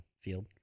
field